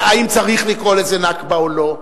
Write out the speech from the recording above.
האם צריך לקרוא לזה "נכבה" או לא,